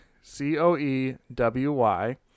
C-O-E-W-Y